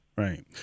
Right